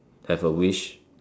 have a wish